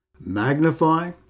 magnify